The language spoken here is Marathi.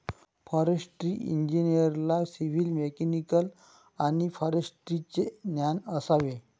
फॉरेस्ट्री इंजिनिअरला सिव्हिल, मेकॅनिकल आणि फॉरेस्ट्रीचे ज्ञान असावे